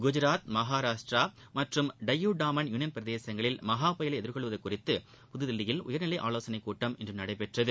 குஜராத் மகாராஷ்டிரா மற்றும் டையூ டாமன் யூனியன் பிரதேசங்களில் மஹா புயலை எதிர்கொள்வது குறித்து புதுதில்லியில் உயர்நிலை ஆலோசனைக் கூட்டம் இன்று நடைபெற்றது